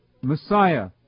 Messiah